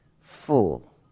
full